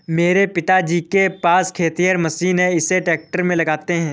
मेरे पिताजी के पास खेतिहर मशीन है इसे ट्रैक्टर में लगाते है